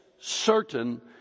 certain